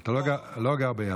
אתה לא גר ביפו.